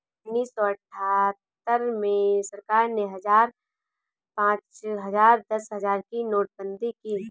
उन्नीस सौ अठहत्तर में सरकार ने हजार, पांच हजार, दस हजार की नोटबंदी की